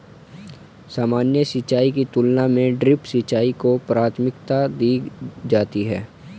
सामान्य सिंचाई की तुलना में ड्रिप सिंचाई को प्राथमिकता दी जाती है